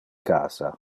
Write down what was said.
casa